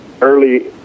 early